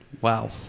Wow